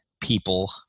people